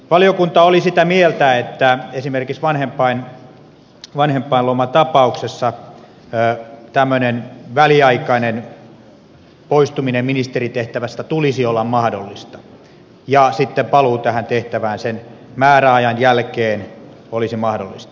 valiokunta oli sitä mieltä että esimerkiksi vanhempainlomatapauksessa tämmöinen väliaikainen poistuminen ministerintehtävästä tulisi olla mahdollista ja paluu tähän tehtävään sen määräajan jälkeen tulisi olla mahdollista